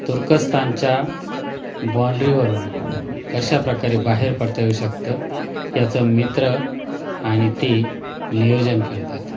तुर्कस्तानच्या बाँड्रीवरून कशाप्रकारे बाहेर पडता येऊ शकतं याचं मित्र आणि ती नियोजन करतात